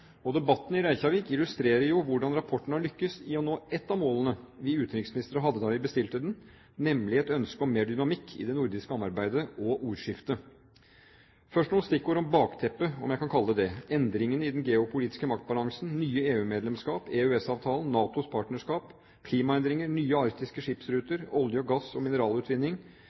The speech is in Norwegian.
sikkerhetspolitikk. Debatten i Reykjavik illustrerer hvordan rapporten har lyktes i å nå et av målene vi utenriksministre hadde da vi bestilte den, nemlig et ønske om mer dynamikk i det nordiske samarbeidet og ordskiftet. Først noen stikkord om bakteppet, om jeg kan kalle det det: endringene i den geopolitiske maktbalansen, nye EU-medlemskap, EØS-avtalen, NATOs partnerskap, klimaendringer, nye arktiske skipsruter, olje-, gass- og mineralutvinning